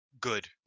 good